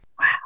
Wow